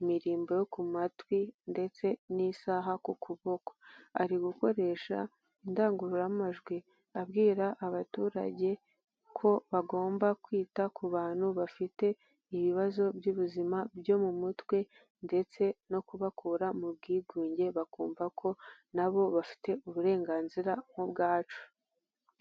imirimbo yo ku matwi ndetse n'isaha ku kuboko, ari gukoresha indangururamajwi abwira abaturage ko bagomba kwita ku bantu bafite ibibazo by'ubuzima byo mu mutwe ndetse no kubakura mu bwigunge bakumva ko nabo bafite uburenganzira nk'ubwacu.